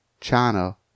China